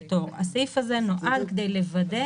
"סדרי עבודתה